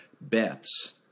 bets